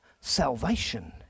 salvation